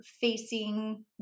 facing